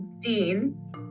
Dean